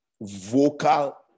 vocal